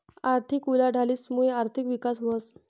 आर्थिक उलाढालीस मुये आर्थिक विकास व्हस